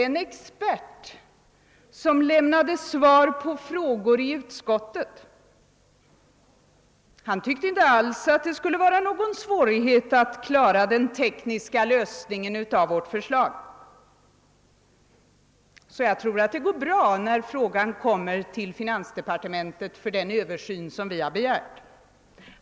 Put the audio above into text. Den expert som lämnade svar på frågor i utskottet tyckte inte alls att det skulle vara någon svårighet att tekniskt klara vårt förslag, så jag tror det går bra när frågan kommer till finansdepartementet för den översyn som vi har begärt.